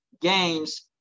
games